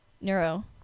neuro